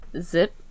zip